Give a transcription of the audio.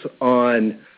on